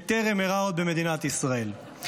שטרם אירע במדינת ישראל,